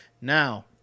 Now